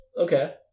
Okay